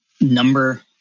number